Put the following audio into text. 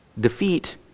defeat